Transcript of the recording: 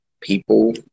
people